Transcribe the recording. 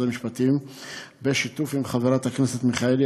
המשפטים בשיתוף עם חברת הכנסת מיכאלי,